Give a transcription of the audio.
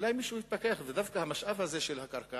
שאולי מישהו התפכח ודווקא המשאב הזה של הקרקע